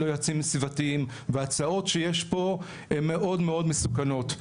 היועצים הסביבתיים והצעות שיש פה מאוד מאוד מסוכנות.